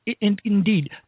Indeed